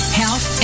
health